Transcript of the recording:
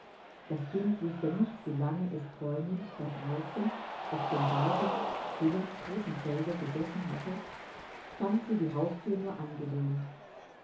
das kind wußte nicht wie lange es träumend da draußen auf dem weiten stillen totenfelde gesessen hatte fand sie die hausthür nur angelehnt